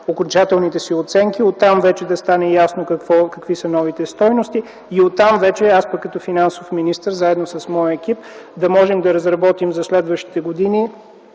окончателните си оценки и вече да стане ясно какви са новите стойности, и оттам вече аз като финансов министър заедно с моя екип да можем да разработим за следващите години